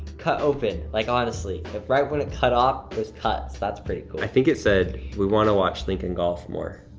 cut open. like honestly, if right when it cut off was cut, that's pretty cool. i think it said, we wanna watch lincoln golf more.